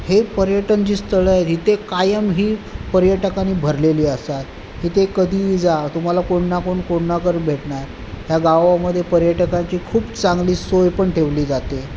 हे पर्यटन जी स्थळं आहेत ही कायमही पर्यटकांनी भरलेली असतात तिथे कधीही जा तुम्हाला कोणना कोण कोणना कोण भेटणार ह्या गावामध्ये पर्यटकांची खूप चांगली सोय पण ठेवली जाते